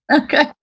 Okay